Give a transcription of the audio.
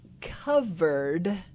covered